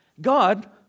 God